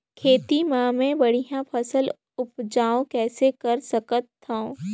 खेती म मै बढ़िया फसल उपजाऊ कइसे कर सकत थव?